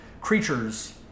creatures